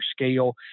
scale